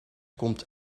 komt